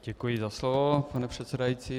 Děkuji za slovo, pane předsedající.